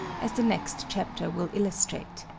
as the next chapter will illustrate.